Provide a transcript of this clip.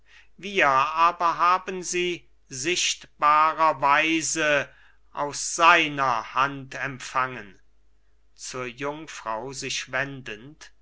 wir aber haben sie sichtbarer weise aus seiner hand empfangen zur jungfrau sich wendend